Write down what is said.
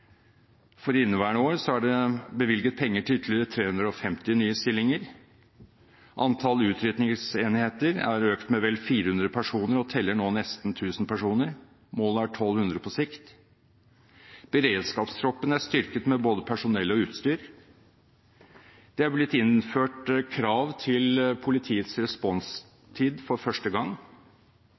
for inneværende år er det bevilget penger til ytterligere 350 nye stillinger. Antallet utrykningsenheter er økt med vel 400 personer og teller nå nesten 1 000 personer. Målet er 1 200 på sikt. Beredskapstroppen er styrket med både personell og utstyr. Det er blitt innført krav til politiets responstid for første gang.